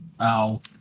Ow